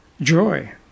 joy